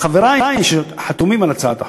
ולחברי שחתומים על הצעת החוק,